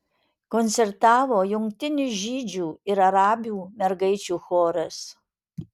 koncertavo jungtinis žydžių ir arabių mergaičių choras